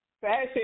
fashion